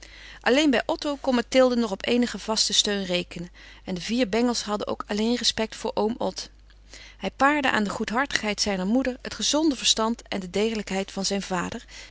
alleen bij otto kon mathilde nog op eenigen vasten steun rekenen en de vier bengels hadden ook alleen respect voor oom ot hij paarde aan de goedhartigheid zijner moeder het gezonde verstand en de degelijkheid van zijn vader